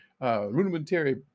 rudimentary